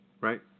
Right